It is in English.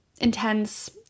intense